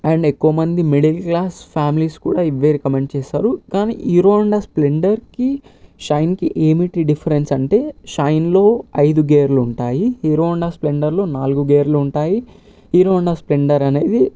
and ఎక్కువమంది middle class families కూడా ఇవే రికమండ్ చేస్తారు కానీ హీరో హోండా స్ప్లెండర్కి షైన్కి ఏమిటి డిఫరెన్స్ అంటే షైన్లొ ఐదు గేర్లు ఉంటాయి హీరో హోండా స్పెండర్లొ నాలుగు గేర్లు ఉంటాయి హీరో హోండా స్పెండర్ అనేది